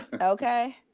Okay